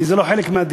כי זה לא חלק מהדירה.